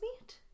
meet